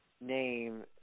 name